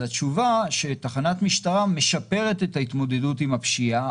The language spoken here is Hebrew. אז התשובה היא שתחנת משטרה משפרת את ההתמודדות עם הפשיעה,